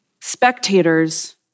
spectators